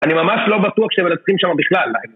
אני ממש לא בטוח שהם מנשים שמה בכלל.